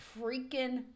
freaking